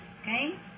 okay